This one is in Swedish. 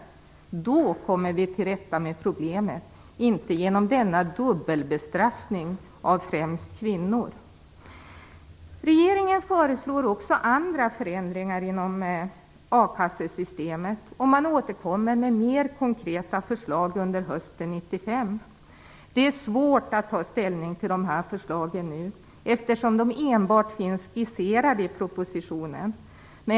Då kommer vi till rätta med problemet - inte genom denna dubbelbestraffning av främst kvinnor. Regeringen föreslår också andra förändringar inom a-kassesystemet. Man återkommer med mer konkreta förslag under hösten 1995. Det är svårt att nu ta ställning till de här förslagen, eftersom de enbart finns skisserade i propositionen.